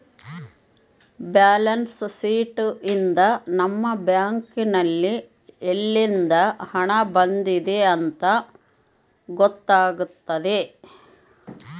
balance sheet ಯಿಂದ ನಮ್ಮ bank ನಲ್ಲಿ ಯಲ್ಲಿಂದ ಹಣ ಬಂದಿದೆ ಅಂತ ಗೊತ್ತಾತತೆ